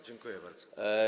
Dziękuję bardzo.